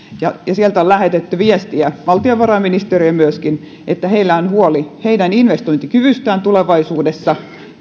ja sieltä on myöskin lähetetty viestiä valtiovarainministeriöön että heillä on huoli heidän investointikyvystään tulevaisuudessa